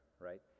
right